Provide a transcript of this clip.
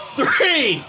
Three